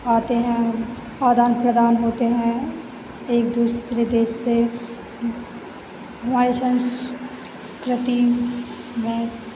आते हैं आदान प्रदान होते हैं एक दूसरे देश से अ लाइसेंस प्रति वैन